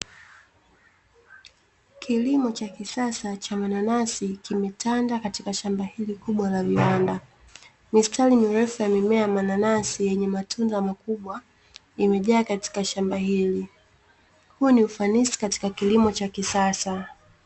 Kilimo cha kisasa cha mananasi kimetanda katika shamba hili kubwa la viwanda, mistari mirefu ya mimea ya mananasi yenye matunda makubwa, imejaa katika shamba hili huo ni ufanisi katika kilimo cha kisasa.